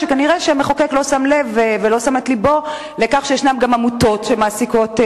כנראה המחוקק לא שם לב שיש גם עמותות שמעסיקות,